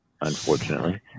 unfortunately